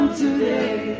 today